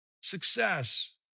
success